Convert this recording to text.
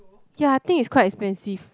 ya I think is quite expensive